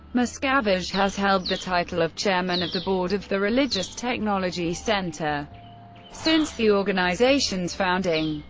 miscavige has held the title of chairman of the board of the religious technology center since the organization's founding.